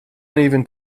uneven